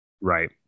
Right